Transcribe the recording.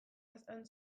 jasan